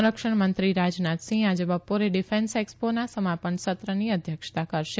સંરક્ષણ મંત્રી રા નાથસિંહ આજે બ ોરે ડિફેન્સ એકસોના સમા નસત્રની અધ્યક્ષતા કરશે